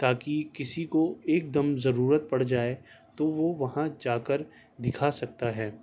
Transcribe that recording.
تاکہ کسی کو ایک دم ضرورت پڑ جائے تو وہ وہاں جا کر دکھا سکتا ہے